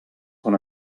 quan